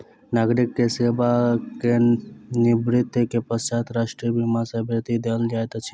नागरिक के सेवा निवृत्ति के पश्चात राष्ट्रीय बीमा सॅ वृत्ति देल जाइत अछि